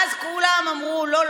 ואז כולם אמרו: לא,